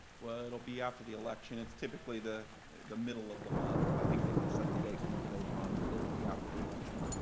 well it will be after the election. it's typically the the middle of the month. i think they can set the date whenever they want, but it will be after the election.